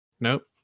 Nope